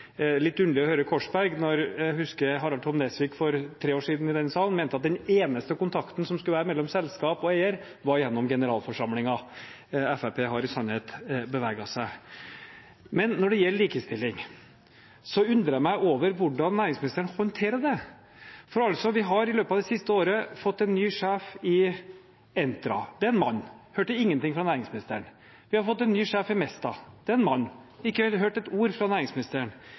litt underlig å høre Øyvind Korsberg, når jeg husker at Harald T. Nesvik for tre år siden i denne salen mente at den eneste kontakten som skulle være mellom selskap og eier, var gjennom generalforsamlingen. Fremskrittspartiet har i sannhet beveget seg. Men når det gjelder likestilling, undrer jeg meg over hvordan næringsministeren håndterer det. Vi har i løpet av det siste året fått en ny sjef i Entra. Det er en mann. Vi hørte ingenting fra næringsministeren. Vi har fått en ny sjef i Mesta. Det er en mann. Ikke et ord har vi hørt fra næringsministeren.